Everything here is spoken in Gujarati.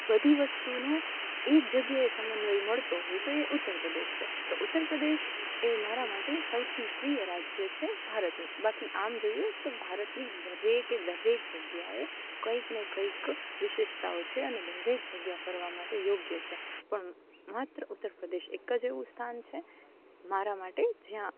બધી વસ્તુનો એક જગ્યાએ સમન્વય મળતો હોય તો એ ઉત્તર પ્રદેશ છે તો ઉત્તર પ્રદેશ એ મારા માટે સૌથી પ્રિય રાજ્ય છે ભારતનું બાકી આમ જોઈએ તો ભારતની દરેકે દરેક જગ્યાએ કંઈકને કંઈક વિશેષતાઓ છે અને દરેક જગ્યા ફરવા માટે યોગ્ય છે પણ માત્ર ઉત્તર પ્રદેશ એક જ એવું સ્થાન છે મારા માટે જ્યાં